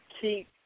Keep